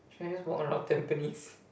should I just walk around Tampines